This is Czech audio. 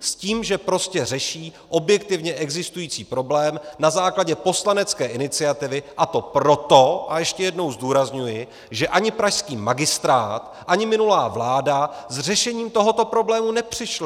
S tím, že prostě řeší objektivně existující problém na základě poslanecké iniciativy, a to proto a ještě jednou zdůrazňuji že ani pražský magistrát, ani minulá vláda s řešením tohoto problému nepřišly.